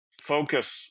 focus